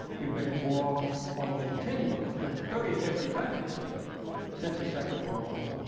we've been at war almost continually with thirty different countries since the second world war.